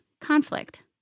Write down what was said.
conflict